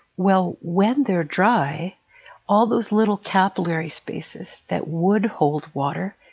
well, when they're dry all those little capillary spaces that would hold water,